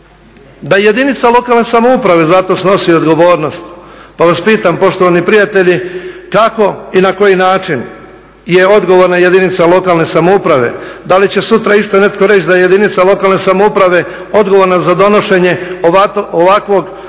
da jedinice lokalne samouprave za to snose odgovornost. Pa vas pitam poštovani prijatelji kako i na koji način je odgovorna jedinice lokalne samouprave, da li će sutra isto netko reći da jedinice lokalne samouprave odgovorna za donošenje ovakvog nepotpunog